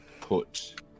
put